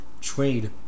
trade